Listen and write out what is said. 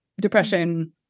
Depression